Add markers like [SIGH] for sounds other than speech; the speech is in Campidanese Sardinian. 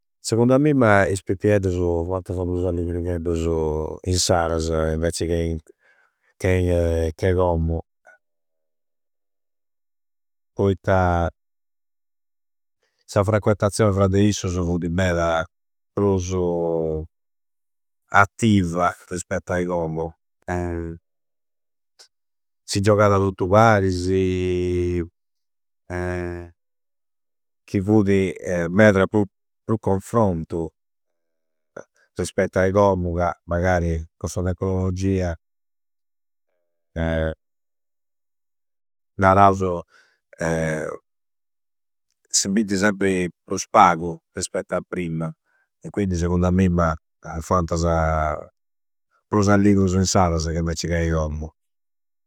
Secundu a mimma is pippieddusu fuantasa prusu alligrigheddusu insarasa inveci, che, chei. Che commu. Poitta sa frequentazioni fra de issusu fudi meda prusu attiva rispettu ai commu. [HESITATION] Si giogada tottu parisi [HESITATION] chi fudi meda pru, pru confrontu rispettu ai commu ca magari con sa tecnologia [HESITATION] nerausu [HESITATION] si binti sempri prus pagu rispettu a prima. E quindi segundu a mimma fuantasa prusu alligrusu insarsa inveci cai commu.